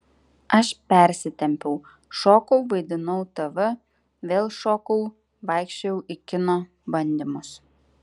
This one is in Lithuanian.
aš persitempiau šokau vaidinau tv vėl šokau vaikščiojau į kino bandymus